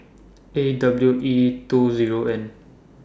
A W E two Zero N